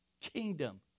kingdom